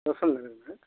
लखन नगर में है